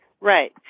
right